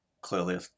clearly